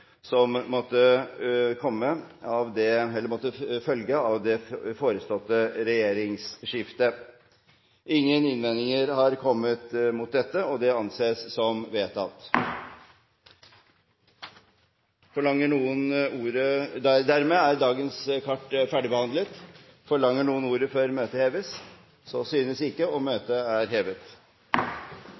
som måtte følge av det forestående regjeringsskiftet. Ingen innvendinger har kommet til dette. – Det anses vedtatt. Dermed er dagens kart ferdigbehandlet. Forlanger noen ordet før møtet heves? – Møtet er hevet.